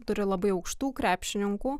turi labai aukštų krepšininkų